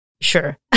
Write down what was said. Sure